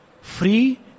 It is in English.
Free